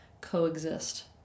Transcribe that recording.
coexist